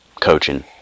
coaching